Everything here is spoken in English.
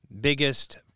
biggest